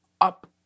up